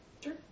Sure